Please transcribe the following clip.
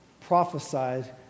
prophesied